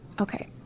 okay